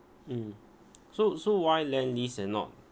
mm so so why Lendlease and not